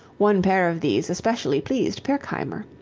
one pair of these especially pleased pirkheimer.